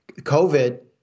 COVID